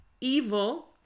evil